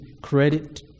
credit